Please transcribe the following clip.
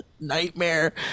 Nightmare